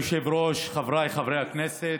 אדוני היושב-ראש, חבריי חברי הכנסת,